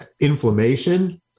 inflammation